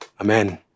Amen